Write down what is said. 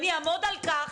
אני אעמוד על כך